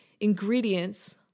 ingredients